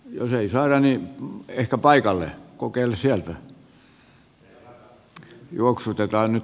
jos ei saada melko lailla mielenkiintoisia aikoja tällä hetkellä